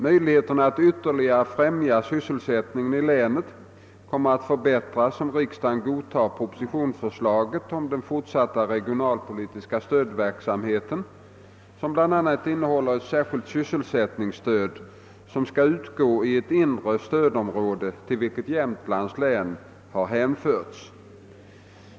Möjligheterna att ytterligare främja sysselsättningen i länet kommer att förbättras om riksdagen godtar propositionsförslaget om den fortsatta regionalpolitiska stödverksamheten som bl a. innehåller ett särskilt sysselsättningsstöd som skall utgå i ett inre stödområde till vilket Jämtlands län har hänförts.